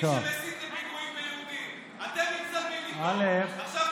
מה הוא עשה עד עכשיו?